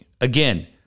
Again